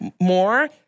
more